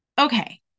Okay